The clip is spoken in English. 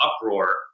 uproar